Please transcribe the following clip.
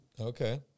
Okay